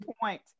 point